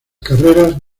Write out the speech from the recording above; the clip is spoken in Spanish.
carreras